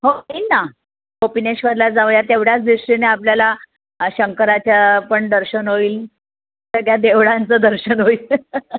हो होईल ना कोपिनेश्वराला जाऊया तेवढ्याच दृष्टीने आपल्याला शंकराच्या पण दर्शन होईल सगळ्या देवळांचं दर्शन होईल